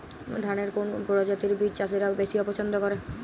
ধানের কোন প্রজাতির বীজ চাষীরা বেশি পচ্ছন্দ করে?